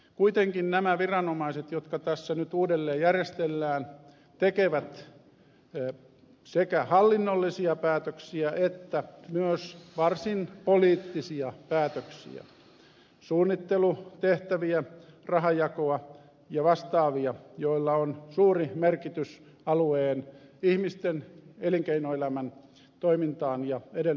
kuitenkin nämä viranomaiset jotka tässä nyt uudelleen järjestellään tekevät sekä hallinnollisia päätöksiä että myös varsin poliittisia päätöksiä suunnittelutehtäviä rahanjakoa ja vastaavia joilla on suuri merkitys alueen ihmisten elinkeinoelämän toimintaan ja toimintaedellytyksiin